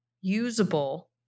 usable